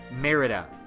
Merida